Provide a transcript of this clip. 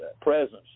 presence